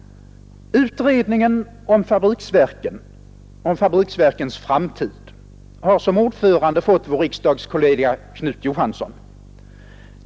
Utredningen om fabriksverkens framtid har som ordförande fått vår riksdagskollega Knut Johansson.